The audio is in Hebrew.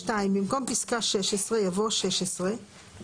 שוב אדוני, השאלה מה אתה עושה עם הנתונים האלה.